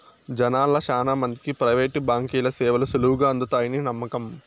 జనాల్ల శానా మందికి ప్రైవేటు బాంకీల సేవలు సులువుగా అందతాయని నమ్మకం